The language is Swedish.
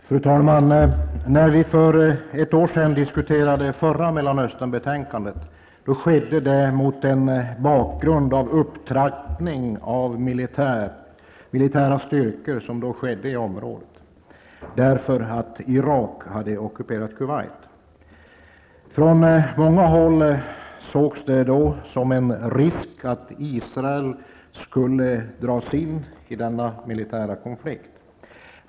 Fru talman! När vi för ett år sedan diskuterade det förra Mellanösternbetänkandet skedde det mot bakgrund av den upptrappning av militära styrkor som då försiggick i området på grund av att Irak hade ockuperat Kuwait. Från många håll sågs det då som en risk att Israel skulle dras in i denna militära konflikt.